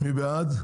מי בעד?